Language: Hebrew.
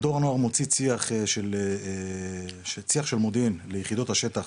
מדור הנוער מוציא צי"ח של מודיעין ליחידות השטח,